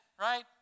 right